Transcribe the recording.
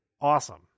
awesome